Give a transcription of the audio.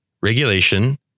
Regulation